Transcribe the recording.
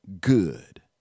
good